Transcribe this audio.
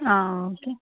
okay